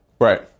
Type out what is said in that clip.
Right